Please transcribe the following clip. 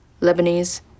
Lebanese